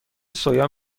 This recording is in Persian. سویا